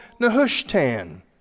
Nehushtan